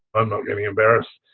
i'm not getting embarrassed,